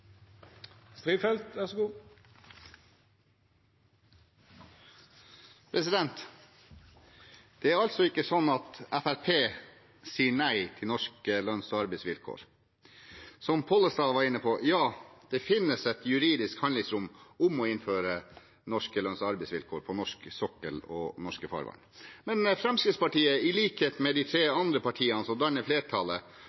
Det er ikke sånn at Fremskrittspartiet sier nei til norske lønns- og arbeidsvilkår. Som representanten Pollestad var inne på, finnes det et juridisk handlingsrom for å innføre norske lønns- og arbeidsvilkår på norsk sokkel og i norske farvann. Men Fremskrittspartiet, i likhet med de tre